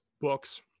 books